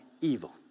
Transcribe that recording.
evil